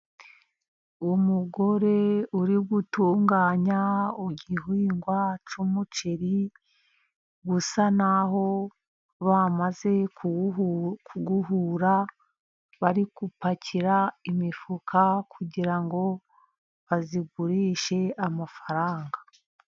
Umugore uri gutunganya igihingwa cy'umuceri. Usa n'aho bamaze kuwuhura bari gupakira imifuka, kugira ngo bawugurishe amafaranga.